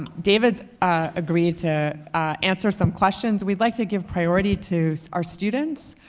david's agreed to answer some questions. we'd like to give priority to our students,